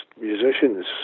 musicians